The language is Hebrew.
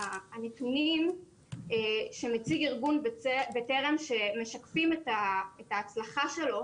הנתונים שמציג ארגון בטרם שמשקפים את ההצלחה שלו,